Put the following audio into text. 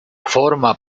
forma